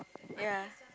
ya